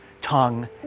tongue